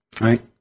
right